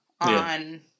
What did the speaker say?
on